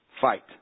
Fight